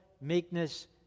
meekness